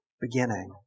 beginning